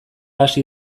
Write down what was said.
hasi